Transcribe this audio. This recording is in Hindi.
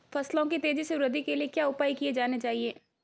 फसलों की तेज़ी से वृद्धि के लिए क्या उपाय किए जाने चाहिए?